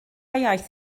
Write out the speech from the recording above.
iaith